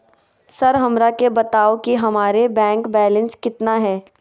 Sir हमरा के बताओ कि हमारे बैंक बैलेंस कितना है?